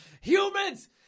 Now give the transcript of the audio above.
Humans